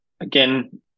Again